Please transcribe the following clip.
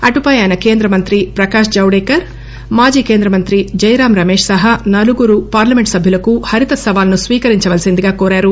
అటుపై ఆయన కేంద్ర మంత్రి ప్రకాశ్ జవదేకర్ మాజీ కేంద్ర మంత్రి జై రాం రమేశ్ సహా నలుగురు పార్లమెంట్ సభ్యులకు హరిత సవాల్ ను స్వీకరించవలసిందిగా కోరారు